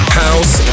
house